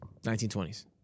1920s